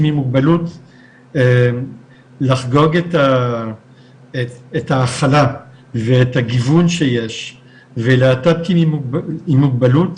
עם מוגבלות לחגוג את ההכלה וגם את הגיוון שיש ולהט"בקים עם מוגבלות